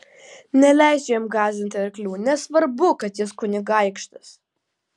neleisiu jam gąsdinti arklių nesvarbu kad jis kunigaikštis